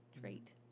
trait